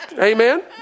Amen